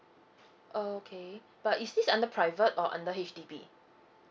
okay but is this under private or under H_D_B